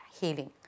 healing